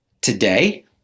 today